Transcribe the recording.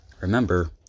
Remember